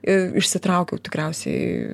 išsitraukiau tikriausiai